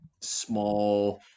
small